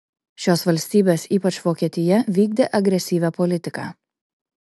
šios valstybės ypač vokietija vykdė agresyvią politiką